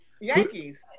Yankees